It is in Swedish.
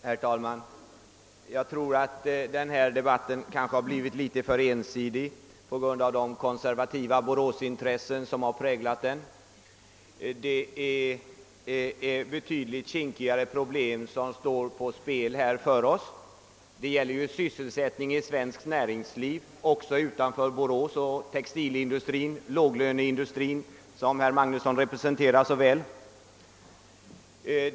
Herr talman! Jag tror att denna debatt har blivit litet för ensidig på grund av de konservativa boråsintressen som har präglat den. Det är betydligt kinkigare frågor som står på spel för oss. Det gäller sysselsättningen i svenskt näringsliv även utanför Borås och textilindustrin, låglöneindustrin, som herr Magnusson i Borås så väl representerar.